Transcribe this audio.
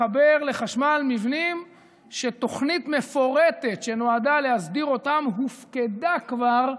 לחבר לחשמל מבנים שתוכנית מפורטת שנועדה להסדיר אותם הופקדה כבר,